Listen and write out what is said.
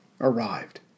arrived